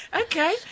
Okay